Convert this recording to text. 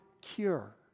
cure